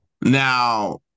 Now